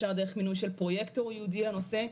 אפשר דרך מינוי של פרוייקטור ייעודי לנושא,